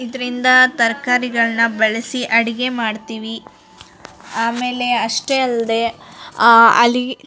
ಇದರಿಂದ ತರಕಾರಿಗಳ್ನ ಬೆಳೆಸಿ ಅಡುಗೆ ಮಾಡ್ತೀವಿ ಆಮೇಲೆ ಅಷ್ಟೇ ಅಲ್ಲದೆ ಅಲ್ಲಿ